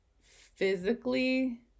physically